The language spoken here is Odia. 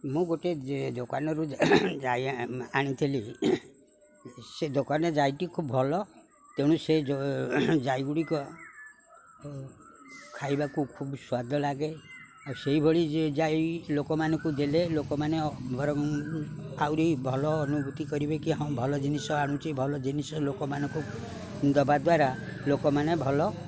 ମୁଁ ଗୋଟେ ଦୋକାନରୁ ଆଣିଥିଲି ସେ ଦୋକାନରେ ଯାଇଟି ଖୁବ୍ ଭଲ ତେଣୁ ସେ ଯାଇଗୁଡ଼ିକ ଖାଇବାକୁ ଖୁବ୍ ସ୍ୱାଦ ଲାଗେ ଆଉ ସେଇଭଳି ଯାଇ ଲୋକମାନଙ୍କୁ ଦେଲେ ଲୋକମାନେ ଆହୁରି ଭଲ ଅନୁଭୂତି କରିବେ କି ହଁ ଭଲ ଜିନିଷ ଆଣୁଛି ଭଲ ଜିନିଷ ଲୋକମାନଙ୍କୁ ଦେବା ଦ୍ୱାରା ଲୋକମାନେ ଭଲ